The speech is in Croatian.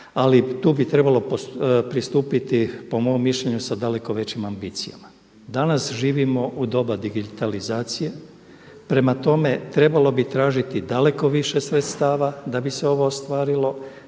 ali tu bi trebalo pristupiti, po mom mišljenju, sa daleko većim ambicijama. Danas živimo u doba digitalizacije, prema tome trebalo bi tražiti daleko više sredstava da bi se ovo ostvarilo,